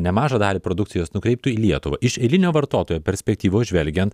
nemažą dalį produkcijos nukreiptų į lietuvą iš eilinio vartotojo perspektyvos žvelgiant